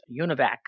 UNIVAC